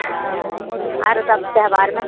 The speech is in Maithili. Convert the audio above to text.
आरो सब त्यौहारमे